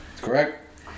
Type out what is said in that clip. Correct